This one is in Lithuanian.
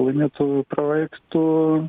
laimėtu projektu